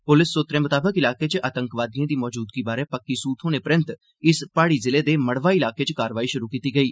पुलस सुत्तरें मताबक इलाके च आतंकवादिए दी मौजूदगी बारै पक्की सूह थ्होने परैन्त इस प्हाड़ी जिले दे मड़वाह इलाके च कार्रवाई शुरु कीती गेई